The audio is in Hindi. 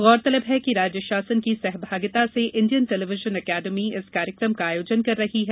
गौरतलब है कि राज्य षासन की सहभागिता से इंडियन टेलीविजन एकेडमी इस कार्यक्रम का आयोजन कर रही है